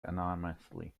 anonymously